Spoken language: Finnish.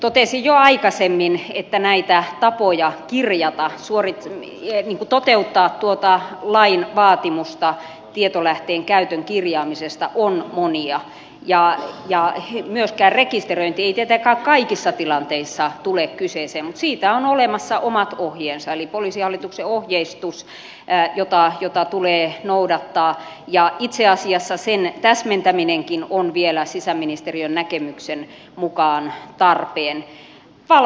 totesin jo aikaisemmin että näitä tapoja kirjata toteuttaa tuota lain vaatimusta tietolähteen käytön kirjaamisesta on monia ja myöskään rekisteröinti ei tietenkään kaikissa tilanteissa tule kyseeseen mutta siitä on olemassa omat ohjeensa eli poliisihallituksen ohjeistus jota tulee noudattaa ja itse asiassa sen täsmentäminenkin on vielä sisäministeriön näkemyksen mukaan tarpeen